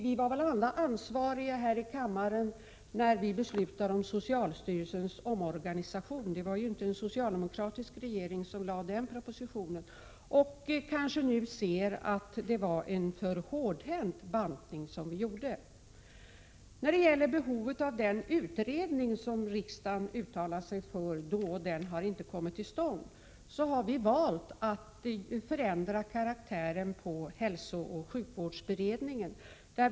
Vi är väl alla här i kammaren ansvariga för beslutet om socialstyrelsens omorganisation. Det var inte en socialdemokratisk regering som lade fram den propositionen. Vi kanske nu kan se att den bantning vi genomförde var för hårdhänt. Riksdagen uttalade sig för en utredning. Den har ännu inte kommit till stånd. Vi har valt att förändra hälsooch sjukvårdsberedningens karaktär.